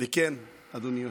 וכן, אדוני היושב-ראש,